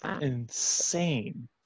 Insane